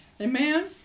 Amen